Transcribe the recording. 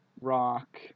rock